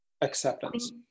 acceptance